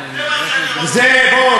זה מה שאני רוצה.